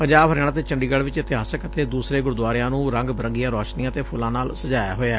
ਪੰਜਾਬ ਹਰਿਆਣਾ ਅਤੇ ਚੰਡੀਗੜ੍ਹ ਚ ਇਤਿਹਾਸਕ ਅਤੇ ਦੂਸਰੇ ਗੁਰਦੁਆਰਿਆਂ ਨੂੰ ਰੰਗ ਬਿਰੰਗੀਆਂ ਰੌਸ਼ਨੀਆਂ ਅਤੇ ਫੁੱਲਾਂ ਨਾਲ ਸਜਾਇਆ ਹੋਇਐ